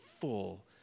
full